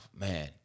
man